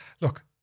look